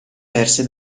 perse